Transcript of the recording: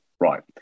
Right